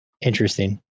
interesting